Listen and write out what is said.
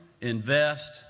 invest